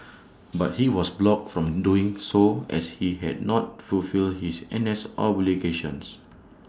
but he was blocked from doing so as he had not fulfilled his N S obligations